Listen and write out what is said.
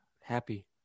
Happy